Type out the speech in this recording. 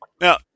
Now